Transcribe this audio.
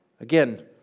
Again